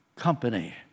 company